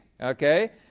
okay